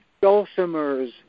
dulcimers